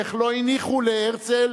איך לא הניחו להרצל,